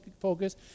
focus